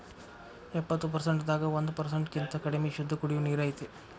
ಎಪ್ಪತ್ತು ಪರಸೆಂಟ್ ದಾಗ ಒಂದ ಪರಸೆಂಟ್ ಕಿಂತ ಕಡಮಿ ಶುದ್ದ ಕುಡಿಯು ನೇರ ಐತಿ